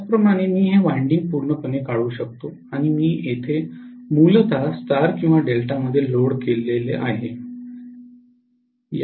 त्याचप्रमाणे मी हे वायंडिंग पूर्णपणे काढून टाकू शकतो आणि मी येथे मूलत स्टार किंवा डेल्टामध्ये लोड केले जाऊ शकते